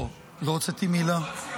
לא, לא הוצאתי מילה.